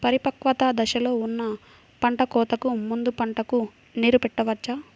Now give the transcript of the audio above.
పరిపక్వత దశలో ఉన్న పంట కోతకు ముందు పంటకు నీరు పెట్టవచ్చా?